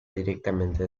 directamente